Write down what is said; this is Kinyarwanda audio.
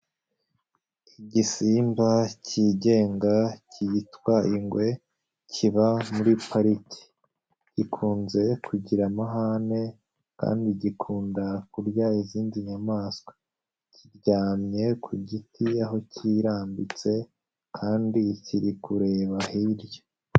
Igisimba kigenga cyitwa ingwe kiba muri parike, gikunze kugira amahane kandi gikunda kurya izindi nyamaswa, kiryamye ku giti aho kirambitse kandi kiri kureba hirya.